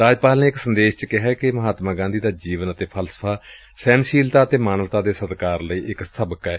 ਰਾਜਪਾਲ ਨੇ ਇਕ ਸੰਦੇਸ਼ ਵਿਚ ਕਿਹੈ ਕਿ ਮਹਾਤਮਾ ਗਾਂਧੀ ਦੀ ਜੀਵਨ ਅਤੇ ਫਲਸਫਾ ਸਹਿਨਸ਼ੀਲਤਾ ਅਤੇ ਮਾਨਵਤਾ ਦੇ ਸਤਿਕਾਰ ਲਈ ਇਕ ਸਾਬਕ ਨੇ